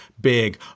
big